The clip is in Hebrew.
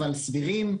אבל סבירים,